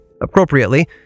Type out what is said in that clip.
appropriately